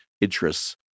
interests